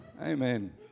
Amen